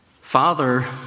Father